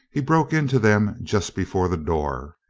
he broke into them just before the door.